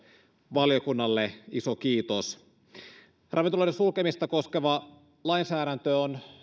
valiokunnalle iso kiitos ravintoloiden sulkemista koskeva lainsäädäntö on